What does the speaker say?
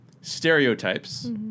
stereotypes